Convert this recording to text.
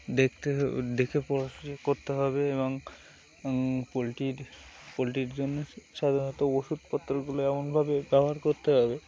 দেখতে দেখে পড়াশা করতে হবে এবং পোলট্রির পোলট্রির জন্য সাধারণত ওষুধপত্রগুলো এমনভাবে ব্যবহার করতে হবে